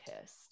pissed